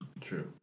True